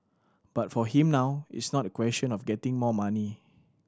but for him now it's not a question of getting more money